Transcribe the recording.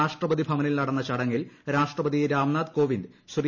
രാഷ്ട്രപതി ഭവനിൽ നടന്ന ചടങ്ങിൽ രാഷ്ട്രപതി രാംനാഥ് കോവിന്ദ് ശ്രീ